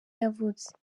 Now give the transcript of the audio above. yavutse